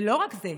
ולא רק זה,